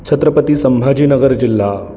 छत्रपती संभाजीनगर जिल्हा